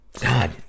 God